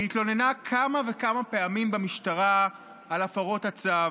היא התלוננה כמה וכמה פעמים במשטרה על הפרות הצו,